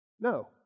No